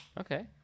Okay